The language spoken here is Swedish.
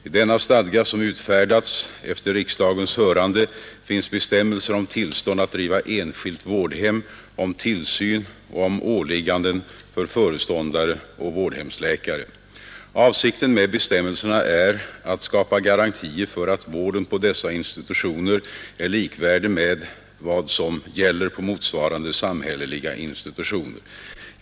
I denna stadga, som utfärdats efter riksdagens hörande, finns bestämmelser om tillstånd att driva enskilt vårdhem, om tillsyn och om åligganden för föreståndare och vårdhemsläkare. Avsikten med bestämmelserna är att skapa garantier för att vården på dessa institutioner är likvärdig med vad som gäller på motsvarande samhälleliga institutioner.